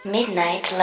Midnight